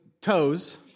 Toes